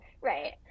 right